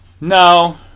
No